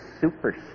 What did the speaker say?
super